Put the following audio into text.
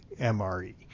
MRE